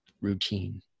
routine